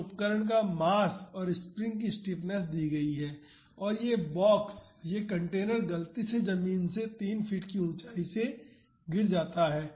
और उपकरण का मास और स्प्रिंग्स की स्टिफनेस दी गयी है और यह बॉक्स यह कंटेनर गलती से जमीन से 3 फीट की ऊंचाई से गिर जाता है